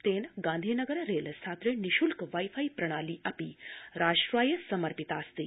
तेन गांधीनगर रेल स्थात्रे निशुल्क वाई फाई प्रणाली अपि राष्ट्राय समर्पितास्ति